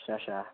अच्छा अच्छा